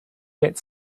wet